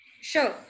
Sure